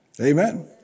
Amen